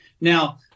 Now